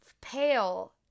pale